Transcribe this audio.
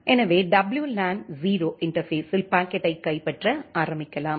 எனவே WLAN 0 இன்டர்பேஸ்ஸில் பாக்கெட்டைப் கைப்பற்ற ஆரம்பிக்கலாம்